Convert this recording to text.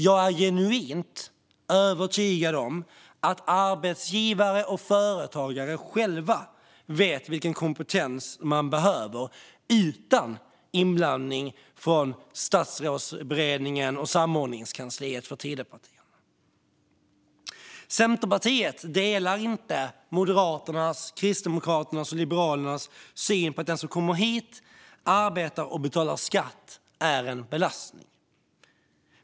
Jag är genuint övertygad om att arbetsgivare och företagare själva vet vilken kompetens de behöver utan inblandning från Statsrådsberedningen och Tidöpartiernas samordningskansli. Centerpartiet delar inte Moderaternas, Kristdemokraternas och Liberalernas syn på att den som kommer hit, arbetar och betalar skatt är en belastning.